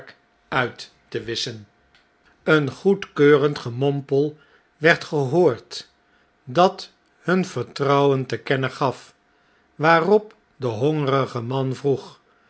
uit tewisschen een goedkeurend gemompel werd gehoord dat nun vertrouwen te kennen gaf waarop de hongerige man vroeg